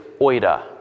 oida